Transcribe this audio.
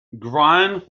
grime